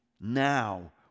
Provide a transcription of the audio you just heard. Now